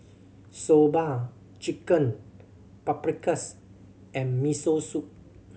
Soba Chicken Paprikas and Miso Soup